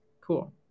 cool